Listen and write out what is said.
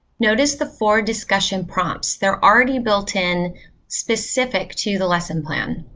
notice the four discussion prompts. they're already built in specific to the lesson plan.